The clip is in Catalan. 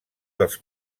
dels